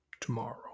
tomorrow